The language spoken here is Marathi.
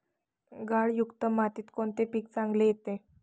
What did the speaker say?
गाळयुक्त मातीत कोणते पीक चांगले येते?